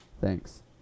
thanks